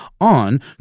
on